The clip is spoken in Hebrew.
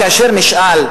כאשר נשאל,